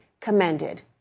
commended